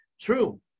True